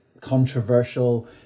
controversial